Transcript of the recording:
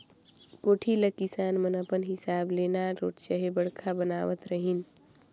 कोठी ल किसान मन अपन हिसाब ले नानरोट चहे बड़खा बनावत रहिन